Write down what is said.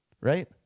right